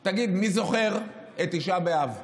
תגיד, מי זוכר את תשעה באב?